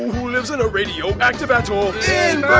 who lives in a radioactive atoll?